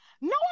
No